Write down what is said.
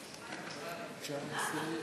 קבוצת סיעת מרצ,